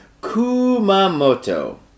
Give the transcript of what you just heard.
Kumamoto